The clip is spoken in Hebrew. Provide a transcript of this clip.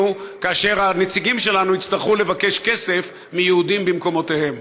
כאשר הנציגים שלנו יצטרכו לבקש כסף מיהודים במקומותיהם.